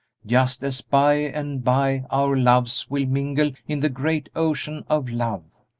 just as by and by our loves will mingle in the great ocean of love.